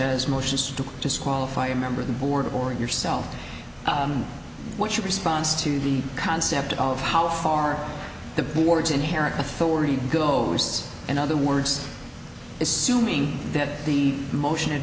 as motions to disqualify a member of the board or yourself what's your response to the concept of how far the board's inherent authority goes in other words assuming that the motion had